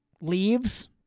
leaves